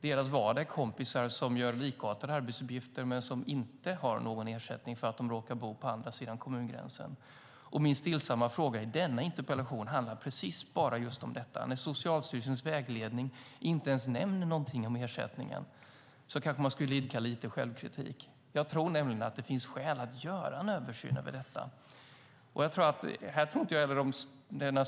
Deras vardag är kompisar som gör likartade arbetsuppgifter men som inte har någon ersättning eftersom de råkar bo på andra sidan kommungränsen. Min stillsamma fråga i interpellationen handlar precis bara om detta. När Socialstyrelsens vägledning inte ens nämner något om ersättning borde man kanske idka lite självkritik. Jag tror nämligen att det finns skäl att göra en översyn av detta.